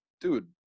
dude